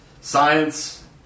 science